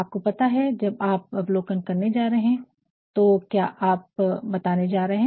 आपको पता है कि जब आप अवलोकन करने जा रहे हैं तो क्या आप बताने जा रहे हैं